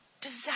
desire